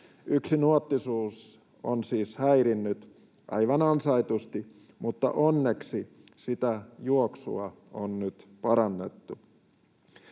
Yksinuottisuus on siis häirinnyt, aivan ansaitusti, mutta onneksi sitä juoksua on nyt parannettu.